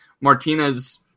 Martinez